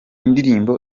ndirimbo